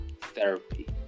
therapy